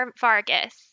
Vargas